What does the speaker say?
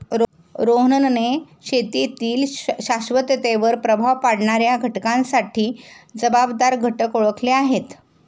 रोहनने शेतीतील शाश्वततेवर प्रभाव पाडणाऱ्या घटकांसाठी जबाबदार घटक ओळखले आहेत